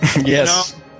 Yes